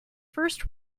first